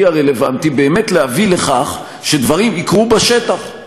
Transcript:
הרלוונטי באמת להביא לכך שדברים יקרו בשטח.